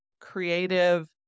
creative